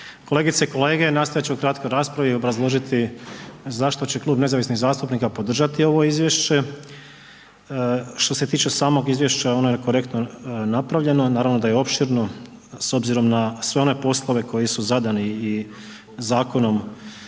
kolegice i kolege nastojat ću u kratkoj raspravi obrazložiti zašto će Klub nezavisnih zastupnika podržati ovo izvješće. Što se tiče samog izvješća ono je korektno napravljeno, naravno da je opširno s obzirom na sve one poslove koji su zadani i zakonom